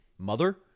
mother